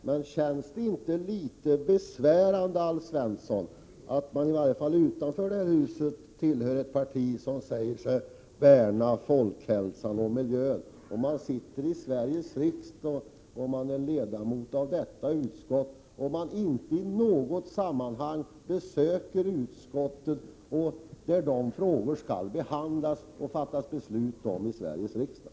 Herr talman! Men känns det inte litet besvärande, Alf Svensson, att tillhöra ett parti som i varje fall utanför det här huset säger sig värna om folkhälsan och miljön och att som ledamot av Sveriges riksdag då inte i något sammanhang besöka det utskott där sådana frågor skall behandlas i Sveriges riksdag?